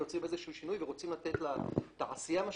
יוצרים איזשהו שינוי ורוצים לתת לתעשייה את